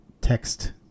text